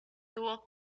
tuvo